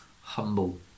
humble